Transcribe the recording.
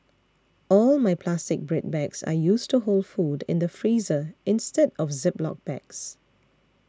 all my plastic bread bags are used to hold food in the freezer instead of Ziploc bags